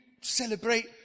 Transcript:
celebrate